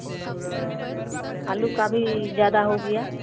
जी आलू का भी ज्यादा हो गिया